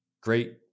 great